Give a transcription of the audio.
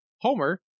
Homer